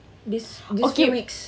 this this few weeks